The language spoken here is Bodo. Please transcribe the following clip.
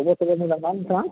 खबर सबर मोजां ना नोंथां